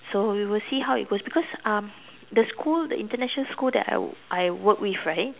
so we will see how it goes because um the school the international school that I I work with right